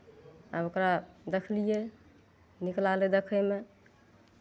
आब ओकरा देखलियै नीक लागलै देखयमे